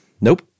Nope